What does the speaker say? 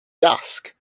dusk